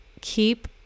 Keep